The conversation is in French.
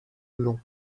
long